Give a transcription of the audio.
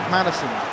Madison